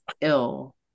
ill